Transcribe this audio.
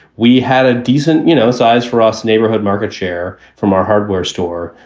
we had a decent you know size for us neighborhood market share from our hardware store,